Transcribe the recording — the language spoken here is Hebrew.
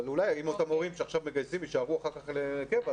אבל אולי אם אותם מורים שעכשיו מגייסים יישארו אחר כך לקבע,